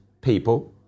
people